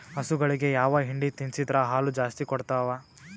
ಹಸುಗಳಿಗೆ ಯಾವ ಹಿಂಡಿ ತಿನ್ಸಿದರ ಹಾಲು ಜಾಸ್ತಿ ಕೊಡತಾವಾ?